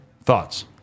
Thoughts